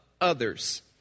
others